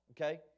Okay